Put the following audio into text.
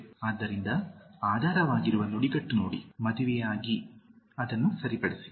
ಆದ್ದರಿಂದ ಆಧಾರವಾಗಿರುವ ನುಡಿಗಟ್ಟು ನೋಡಿ ಮದುವೆಯಾಗಿ ಅದನ್ನು ಸರಿಪಡಿಸಿ